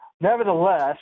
Nevertheless